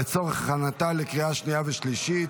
לצורך הכנתה לקריאה השנייה והשלישית.